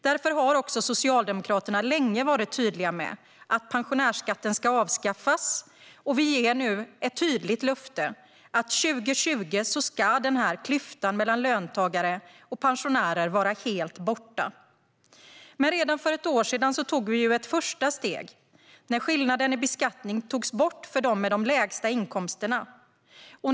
Därför har Socialdemokraterna länge varit tydliga med att pensionärsskatten ska avskaffas. Vi ger nu ett tydligt löfte: År 2020 ska denna klyfta mellan löntagare och pensionärer vara helt borta. Redan för ett år sedan tog vi ett första steg när skillnaden i beskattning togs bort för dem med de lägsta inkomsterna.